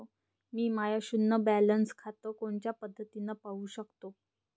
मी माय शुन्य बॅलन्स खातं कोनच्या पद्धतीनं पाहू शकतो?